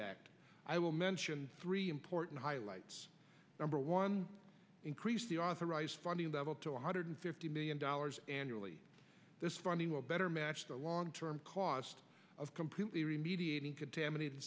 legacy i will mention three important highlights number one increase the authorized funding level to one hundred fifty million dollars annually this funding will better match the long term cost of completely remediating contaminat